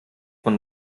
man